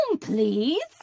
please